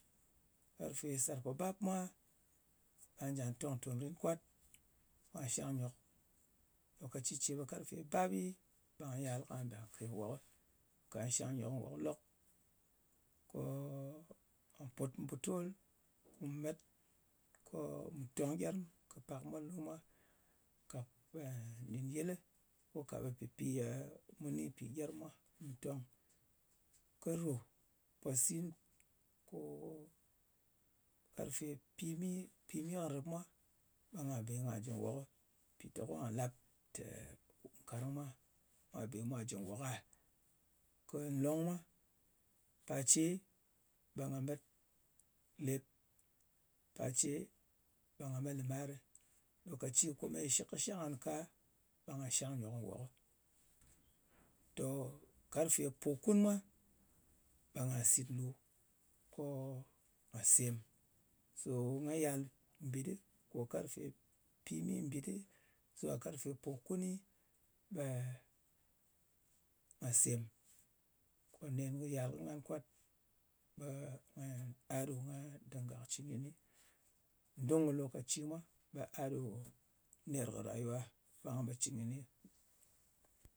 Karfe sarpobap mwa, ɓà njà tong ntòm rin kwat kà shang nyok. Lokaci ce, karfe bap ɓi ɓa nyal kà mɓà nkè nwokɨ. Ka shang nyok nwok lok, ko nga put putolɨ, mu met ko mu tong gyerm kɨ pàk molnu mwa nɗin yɨlɨ, ka ka ɓe pɨpi mu ni pì gyerm mwa ɓù tong. Ko yè mpòsin ko karfe pimi, pimi kɨ nrɨp mwa ɓe nga be nga jɨ nwòk, mpìteko nga lap te nkarng mwa mwà bè mwa jɨ nwok a? Kɨ nlong mwa. Pa ce ɓe nga met lep. Pa ce ɓe nga met lɨmarɨ. Lokaci ne shɨk kɨ shang ngan ka ɓe nga shang nyok nwokɨ. Tòng wok, karfe pokun mwa, ɓe nga sit nlu ko nga sem. So nga yal mbit ɗɨ, ko karfe pimi mbit ɗɨ zuwa karfe pokuni, ɓe nga sem ko nen kɨ yal kɨ ngan kwat, ɓe a ɗo nga dinga kɨ cɨn kɨni. Ndùng kɨ lòkaci mwa ɓe a ɗo ner kɨ rayuwa. Ɓà pò cɨn kɨni.